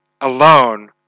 alone